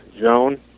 zone